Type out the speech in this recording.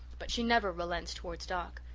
but she never relents towards doc.